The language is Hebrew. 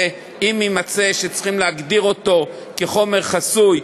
ואם יימצא שצריכים להגדיר אותו כחומר חסוי,